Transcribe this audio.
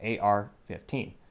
ar-15